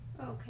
Okay